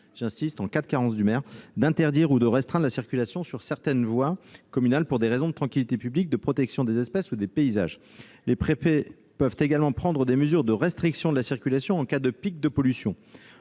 pouvoir, en cas de carence du maire, d'interdire ou de restreindre la circulation sur certaines voies communales pour des raisons de tranquillité publique, de protection des espèces ou des paysages. Les préfets peuvent également prendre des mesures de restriction de la circulation en cas de pics de pollution.